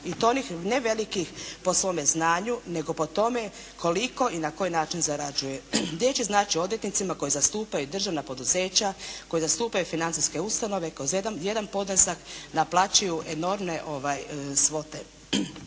onih ne velikih po svome znanju, nego po tome koliko i na koji način zarađuje, …/Govornica se ne razumije./… znači odvjetnicima koji zastupaju državna poduzeća, koji zastupaju financijske ustanove kroz jedan podnesak naplaćuju enormne svote.